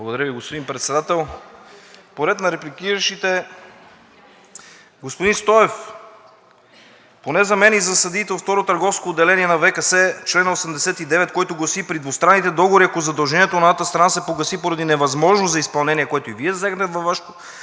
Благодаря Ви, господин Председател. По ред на репликиращите. Господин Стоев, поне за мен и за съдиите от Второ търговско отделение на ВКС чл. 89, който гласи: „при двустранните договори, ако задължението на едната страна се погаси поради невъзможност за изпълнение“, което и Вие засегнахте във Вашето